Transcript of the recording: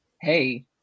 hey